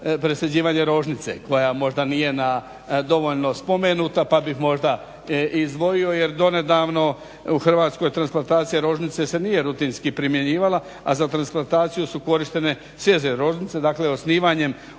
presađivanje rožnice koja možda nije na dovoljno spomenuta pa bih možda izdvojio jer donedavno u Hrvatskoj se transplantacija rožnice se nije rutinski primjenjivala a za transplantaciju su korištene svježe rožnice, dakle osnivanjem